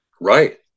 Right